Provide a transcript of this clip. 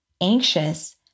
anxious